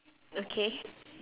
okay